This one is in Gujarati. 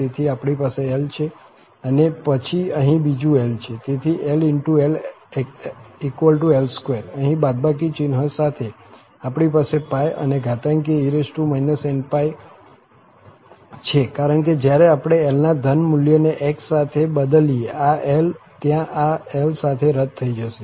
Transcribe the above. તેથી આપણી પાસે l છે અને પછી અહીં બીજું l છે તેથી lll2 અહીં બાદબાકી ચિહ્ન સાથે આપણી પાસે π અને ઘાતાંકીય e inπ છે કારણ કે જ્યારે આપણે l ના ધન મૂલ્યને x માટે બદલીએઆ l ત્યાં આ l સાથે રદ થઈ જશે